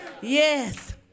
Yes